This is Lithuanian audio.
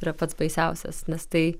yra pats baisiausias nes tai